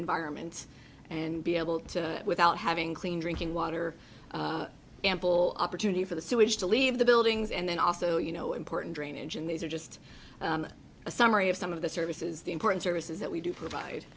environment and be able to without having clean drinking water ample opportunity for the sewage to leave the buildings and then also you know important drainage and these are just a summary of some of the services the importance here is that we do provide